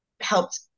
helped